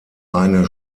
eine